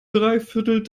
dreiviertel